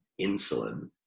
insulin